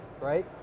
right